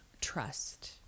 trust